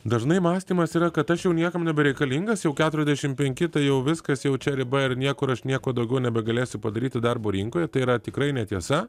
dažnai mąstymas yra kad aš jau niekam nebereikalingas jau keturiasdešim penki tai jau viskas jau čia riba ir niekur aš nieko daugiau nebegalėsiu padaryti darbo rinkoje tai yra tikrai netiesa